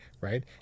right